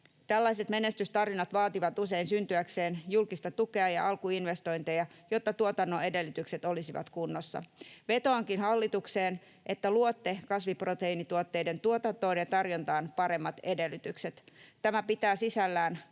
Tällaiset menestystarinat vaativat usein syntyäkseen julkista tukea ja alkuinvestointeja, jotta tuotannon edellytykset olisivat kunnossa. Vetoankin hallitukseen, että luotte kasviproteiinituotteiden tuotantoon ja tarjontaan paremmat edellytykset. Tämä pitää sisällään kannustimien